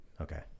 Okay